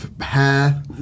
hair